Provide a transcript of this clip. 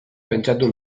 pentsatu